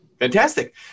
Fantastic